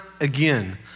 again